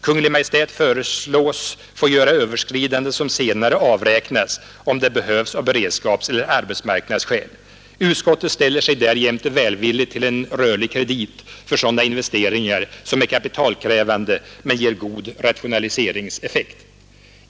Kungl. Maj:t föreslås få göra överskridanden som senare avräknas, om det behövs av beredskapseller arbetsmarknadsskäl. Utskottet ställer sig därjämte välvilligt till en rörlig kredit för sådana investeringar som är kapitalkrävande men ger god rationaliseringseffekt.